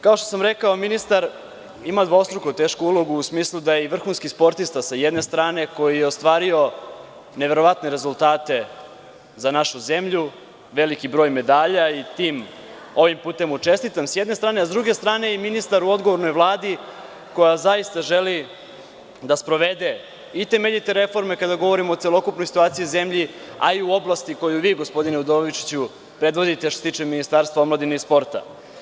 Kao što sam rekao ministar ima dvostruko tešku ulogu u smislu da je i vrhunski sportista sa jedne strane, koji je ostvario neverovatne rezultate za našu zemlju, veliki broj medalja, i ovim putem mu čestitam, s jedne strane, a s druge strane i ministar u odgovornoj Vladi, koja zaista želi da sprovede i temeljite reforme kada govorimo o celokupnoj situaciji u zemlji, a i u oblasti koju vi, gospodine Udovičiću predvodite, što se tiče Ministarstva omladine i sporta.